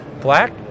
Black